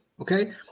Okay